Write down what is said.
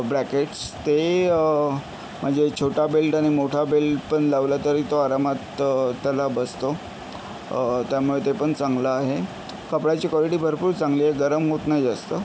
brackets ते म्हणजे छोटा बेल्ट आणि मोठा बेल्ट पण लावला तरी तो आरामात त्याला बसतो त्यामुळे ते पण चांगलं आहे कपड्याची काॅलिटी भरपूर चांगली आहे गरम होत नाही जास्त